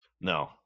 No